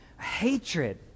Hatred